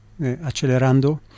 accelerando